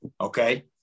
okay